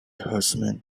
horsemen